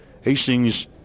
Hastings